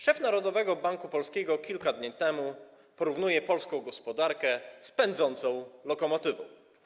Szef Narodowego Banku Polskiego kilka dni temu porównał polską gospodarkę z pędzącą lokomotywą.